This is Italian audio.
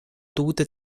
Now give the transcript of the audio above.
dovute